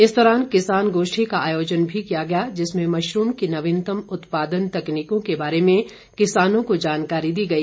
इस दौरान किसान गोष्ठी का आयोजन भी किया गया जिसमें मशरूम की नवीनतम उत्पादन तकनीकों के बारे में किसानों को जानकारी दी गई